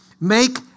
Make